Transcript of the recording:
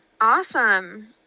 Awesome